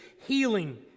healing